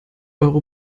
euro